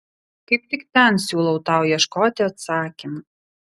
kaip tik ten siūlau tau ieškoti atsakymo